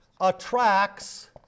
attracts